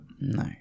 No